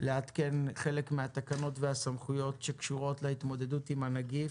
לעדכן חלק מהתקנות והסמכויות שקשורות להתמודדות עם הנגיף.